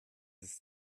ist